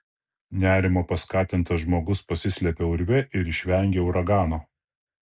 nerimo paskatintas žmogus pasislepia urve ir išvengia uragano